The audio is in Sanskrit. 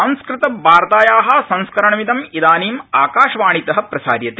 संस्कृतवार्ताया संस्करणमिदं इदादीम आकाशवाणीत प्रसार्यते